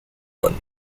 one